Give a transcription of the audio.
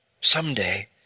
Someday